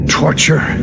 torture